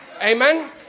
Amen